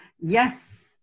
yes